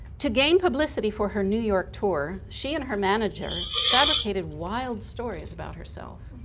to gain publicity for her new york tour, she and her manager fabricated wild stories about herself